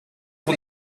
van